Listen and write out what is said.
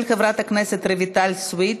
של חברת הכנסת רויטל סויד.